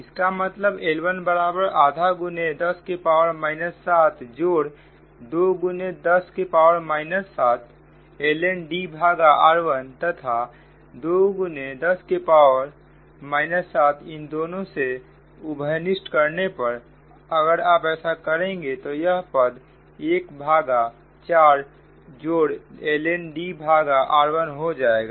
इसका मतलब L1 बराबर आधा 10 के पावर माइनस 7 जोड़ 2 10 के पावर माइनस 7 lnD भागा r1 तथा 2 10 के पावर माइनस 7 इन दोनों से उभयनिष्ठ करने पर अगर आप ऐसा करेंगे तो यह पद 1 भागा 4जोड़ ln D भागा r1 हो जाएगा